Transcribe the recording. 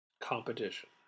Competition